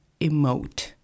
emote